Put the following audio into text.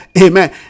amen